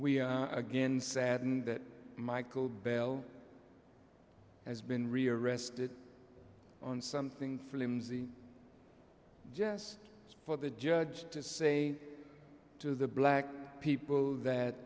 are again saddened that mychal bell has been rearrested on something flimsy just for the judge to say to the black people that